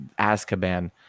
Azkaban